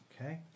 Okay